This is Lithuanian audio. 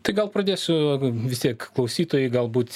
tai gal pradėsiu vis tiek klausytojai galbūt